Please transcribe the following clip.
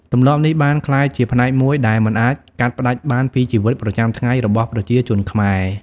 ទម្លាប់នេះបានក្លាយជាផ្នែកមួយដែលមិនអាចកាត់ផ្ដាច់បានពីជីវិតប្រចាំថ្ងៃរបស់ប្រជាជនខ្មែរ។